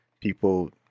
people